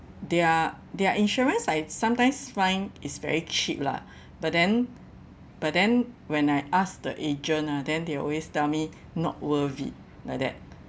their their insurance I sometimes find is very cheap lah but then but then when I asked the agent ah then they will always tell me not worth it like that